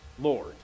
Lord